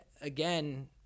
again